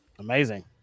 amazing